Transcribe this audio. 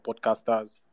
podcasters